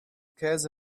käse